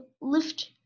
lift